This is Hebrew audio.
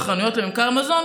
וחנויות לממכר מזון,